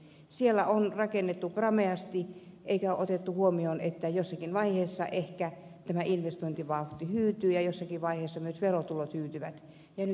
siellä on rakennettu prameasti eikä ole otettu huomioon että jossakin vaiheessa ehkä tämä investointivauhti hyytyy ja jossakin vaiheessa myös verotulot hyytyvät